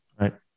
right